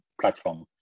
platform